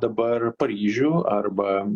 dabar paryžių arba